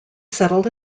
settled